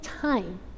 time